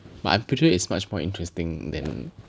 but I'm pretty sure it's much more interesting than